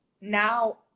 Now